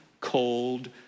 cold